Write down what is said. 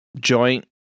joint